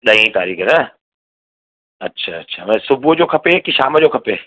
ॾहीं तारीख़ न अच्छा अच्छा त सुबुह जो खपे की शाम जो खपे